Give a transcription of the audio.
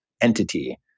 entity